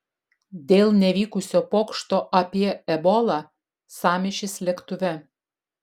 dėl nevykusio pokšto apie ebolą sąmyšis lėktuve